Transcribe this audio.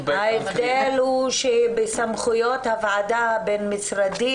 ההבדל הוא שבסמכויות הוועדה הבין משרדית